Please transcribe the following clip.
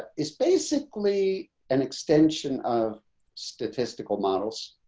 is basically an extension of statistical models.